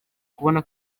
kubona